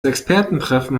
expertentreffen